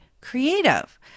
creative